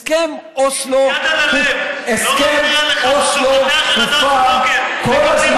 הסכם אוסלו הופר כל הזמן.